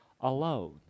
alone